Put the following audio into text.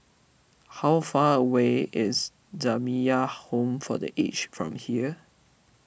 how far away is Jamiyah Home for the Aged from here